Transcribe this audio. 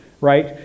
right